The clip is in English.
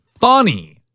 funny